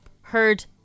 Heard